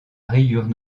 rayures